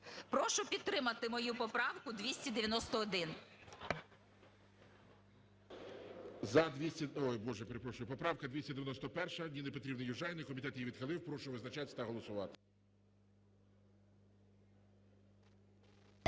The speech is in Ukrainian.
Прошу підтримати мою поправку 291.